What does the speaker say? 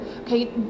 okay